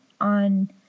on